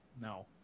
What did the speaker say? No